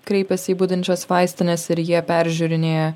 kreipiasi į budinčias vaistines ir jie peržiūrinėja